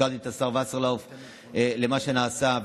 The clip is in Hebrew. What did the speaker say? הזכרתי את השר וסרלאוף ומה שנעשה.